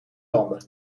landen